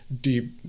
deep